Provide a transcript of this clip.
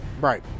Right